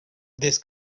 des